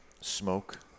smoke